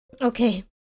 Okay